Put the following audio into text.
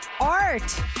art